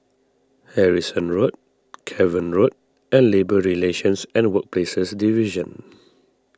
Harrison Road Cavan Road and Labour Relations and Workplaces Division